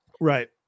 Right